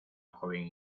joven